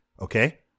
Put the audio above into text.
okay